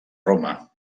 roma